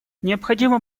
необходимо